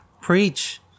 preach